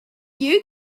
you